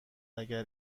اگر